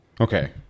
Okay